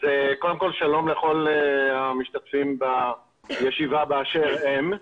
שלום לכל המשתתפים בישיבה באשר הם.